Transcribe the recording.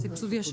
שי ברמן.